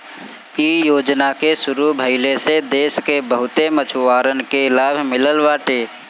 इ योजना के शुरू भइले से देस के बहुते मछुआरन के लाभ मिलल बाटे